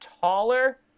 taller